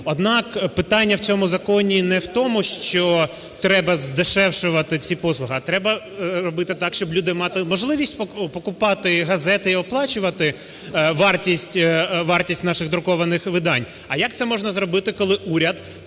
Однак питання у цьому законі не у тому, що треба здешевшувати ці послуги, а треба робити так, щоб люди мали можливість купувати газети і оплачувати вартість наших друкованих видань. А як це можна зробити, коли уряд